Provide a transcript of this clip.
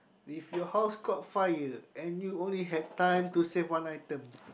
if your house caught fire and you only had time to save one item